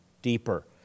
Deeper